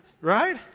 right